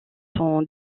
son